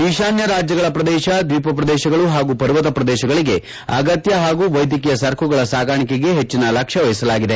ಈಶಾನ್ಯ ರಾಜ್ಯಗಳ ಪ್ರದೇಶ ದ್ವೀಪ ಪ್ರದೇಶಗಳು ಹಾಗೂ ಪರ್ವತ ಪ್ರದೇಶಗಳಿಗೆ ಅಗತ್ಯ ಹಾಗೂ ವೈದ್ಯಕೀಯ ಸರಕುಗಳ ಸಾಗಾಣಿಕೆಗೆ ಹೆಚ್ಚಿನ ಲಕ್ಷ್ಣ ವಹಿಸಲಾಗಿದೆ